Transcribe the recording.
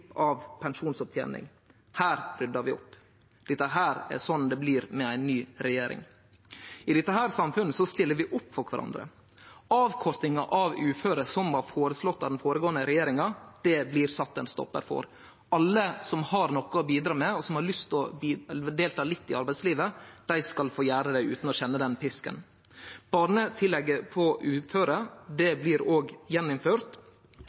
av pensjonsopptening. Her ryddar vi opp. Det er slik det blir med ei ny regjering. I dette samfunnet stiller vi opp for kvarandre. Avkortinga av uføretrygda som var føreslått av den føregåande regjeringa, blir det sett ein stoppar for. Alle som har noko å bidra med, og som har lyst til å delta litt i arbeidslivet, skal få gjere det utan å kjenne den pisken. Barnetillegget for uføre